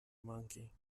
monkey